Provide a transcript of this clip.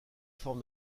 forme